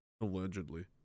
Allegedly